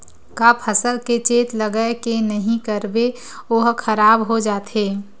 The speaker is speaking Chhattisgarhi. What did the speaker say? का फसल के चेत लगय के नहीं करबे ओहा खराब हो जाथे?